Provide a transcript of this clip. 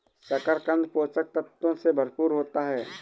शकरकन्द पोषक तत्वों से भरपूर होता है